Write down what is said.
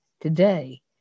today